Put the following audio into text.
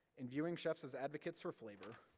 in viewing chefs as advocates for flavor,